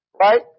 right